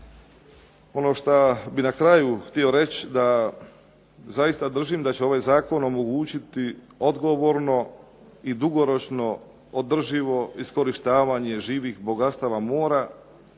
ono što bih na kraju htio reći da zaista držim da će ovaj zakon omogućiti odgovorno i dugoročno održivo iskorištavanje živih bogatstava mora